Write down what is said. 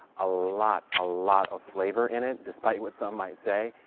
a lot, a lot of flavor in it, despite what some might say.